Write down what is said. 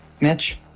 mitch